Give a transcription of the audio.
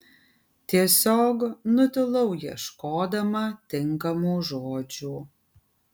tiesiog nutilau ieškodama tinkamų žodžių